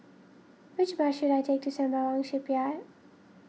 which bus should I take to Sembawang Shipyard